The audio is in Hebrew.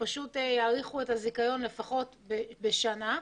שפשוט תאריך את הזיכיון לפחות בשנה.